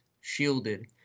shielded